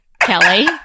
Kelly